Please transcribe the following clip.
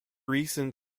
recent